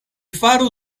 faru